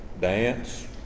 dance